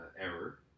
error